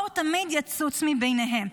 האור תמיד יצוץ מביניהם,